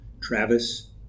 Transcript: Travis